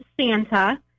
Santa